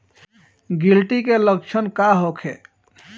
गिलटी के लक्षण का होखे?